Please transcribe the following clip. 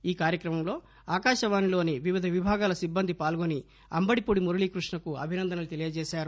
ఈ కార్యక్రమంలో ఆకాశవాణిలోని వివిధ విభాగాల సిబ్బంది పాల్గొని అంబడిపూడి మురళీకృష్ణకు అభినందనలు తెలియజేశారు